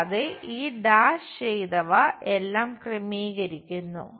കൂടാതെ ഈ ഡാഷ് ചെയ്തവ എല്ലാം ക്രമീകരിക്കുന്നു